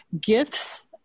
gifts